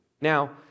Now